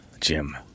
Jim